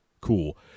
cool